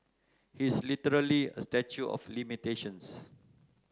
he is literally a statue of limitations